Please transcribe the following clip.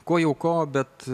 ko jau ko bet